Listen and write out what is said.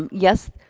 um yes,